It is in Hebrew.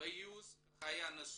וייעוץ בחיי הנישואין.